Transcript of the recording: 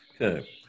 Okay